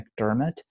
McDermott